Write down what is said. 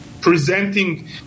presenting